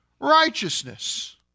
righteousness